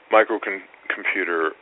microcomputer